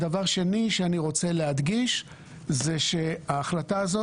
דבר שני שאני רוצה להדגיש זה שההחלטה הזאת